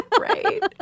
Right